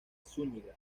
zúñiga